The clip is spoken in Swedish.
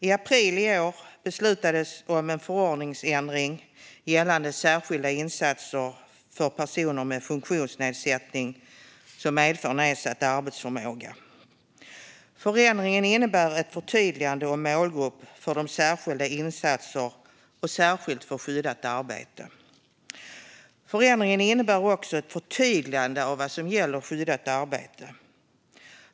I april i år beslutades om en förordningsändring gällande särskilda insatser för personer med funktionsnedsättning som medför nedsatt arbetsförmåga. Förändringen innebär ett förtydligande om målgruppen för de särskilda insatserna, och särskilt för skyddat arbete. Förändringen innebär också ett förtydligande av vad som gäller vid skyddat arbete.